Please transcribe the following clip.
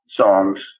songs